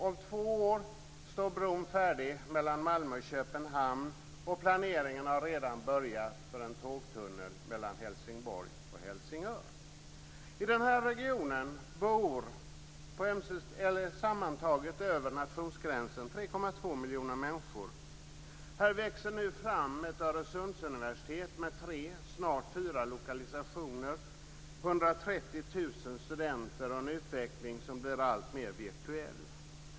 Om två år står bron mellan Malmö och Köpenhamn färdig, och planeringen för en tågtunnel mellan Helsinborg och Helsingör har redan börjat. I den här regionen bor sammantaget över nationsgränsen 3,2 miljoner människor. Här växer nu fram ett 130 000 studenter och en utveckling som blir alltmer virtuell.